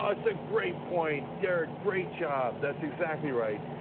ah it's a great point. derek, great job, that's exactly right.